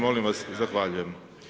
Molim vas, zahvaljujem.